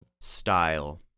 style